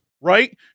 right